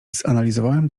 zanalizowałem